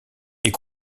est